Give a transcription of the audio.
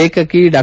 ಲೇಖಕಿ ಡಾ